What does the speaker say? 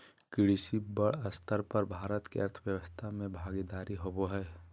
कृषि बड़ स्तर पर भारत के अर्थव्यवस्था में भागीदारी होबो हइ